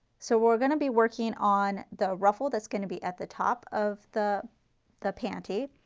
so we are going to be working on the ruffle that's going to be at the top of the the panty.